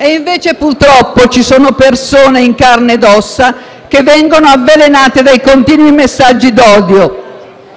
Invece, purtroppo, ci sono persone in carne ed ossa, che vengono avvelenate dai continui messaggi d'odio e